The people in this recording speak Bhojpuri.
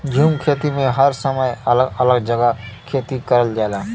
झूम खेती में हर समय अलग अलग जगह खेती करल जाला